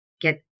get